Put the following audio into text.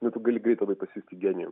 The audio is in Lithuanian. nu tu gali greit labai pasijusti genijum